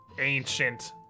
ancient